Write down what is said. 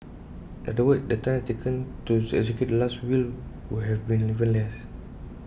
in other words the time taken to execute the Last Will would have been even less